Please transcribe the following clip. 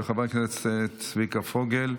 של חבר כנסת צביקה פוגל,